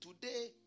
Today